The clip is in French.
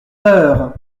heure